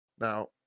Now